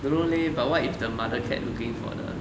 don't know leh but what if the mother cat looking for the